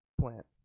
plant